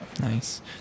nice